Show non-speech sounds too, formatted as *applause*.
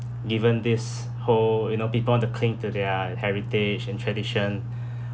given this whole you know people want to cling to their heritage and tradition *breath*